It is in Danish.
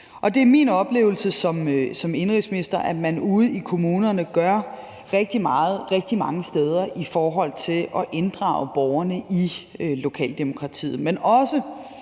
det er min oplevelse som indenrigsminister, at man ude i kommunerne gør rigtig meget rigtig mange steder i forhold til at inddrage borgerne i lokaldemokratiet.